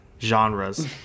genres